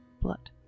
blood